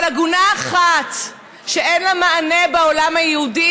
אבל עגונה אחת שאין לה מענה בעולם היהודי,